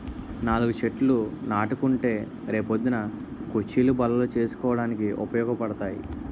నాలుగు చెట్లు నాటుకుంటే రే పొద్దున్న కుచ్చీలు, బల్లలు చేసుకోడానికి ఉపయోగపడతాయి